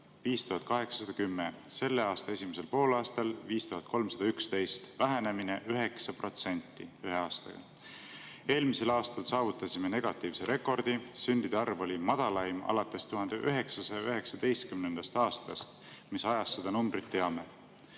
5810, selle aasta esimesel poolaastal 5311. Vähenemine 9%. (Ühe aastaga. –V. V.) Eelmisel aastal saavutasime negatiivse rekordi: sündide arv oli madalaim alates 1919. aastast, mis ajast seda numbrit teame.